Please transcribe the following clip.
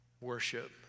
worship